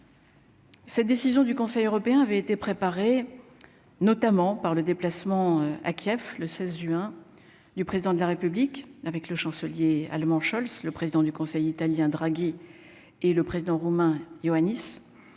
Cette décision du Conseil européen avait été préparée, notamment par le déplacement à Kiev le 16 juin du président de la République avec le chancelier allemand Scholz, le président du Conseil italien Draghi et le président roumain Ioannis